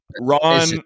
ron